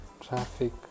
traffic